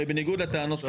הרי בניגוד לטענות כאן,